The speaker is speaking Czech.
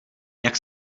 jak